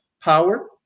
power